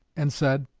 and said